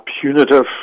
punitive